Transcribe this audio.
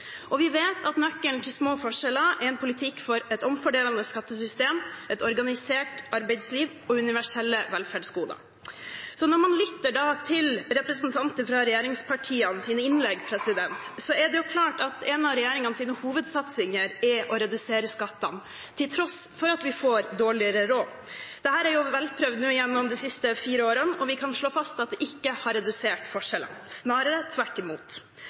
om. Vi vet at nøkkelen til små forskjeller er en politikk for et omfordelende skattesystem, et organisert arbeidsliv og universelle velferdsgoder. Når man så lytter til innleggene til representantene fra regjeringspartiene, er det klart at en av regjeringens hovedsatsinger er å redusere skattene, til tross for at vi får dårligere råd. Dette er nå velprøvd gjennom de siste fire årene, og vi kan slå fast at det ikke har redusert forskjellene, snarere tvert imot.